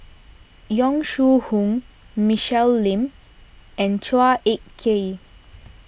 Yong Shu Hoong Michelle Lim and Chua Ek Kay